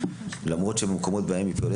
וזאת למרות שבמקומות בהם היא פועלת